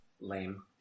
lame